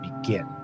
begin